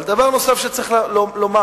אבל דבר נוסף שצריך לומר,